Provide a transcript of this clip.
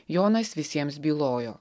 jonas visiems bylojo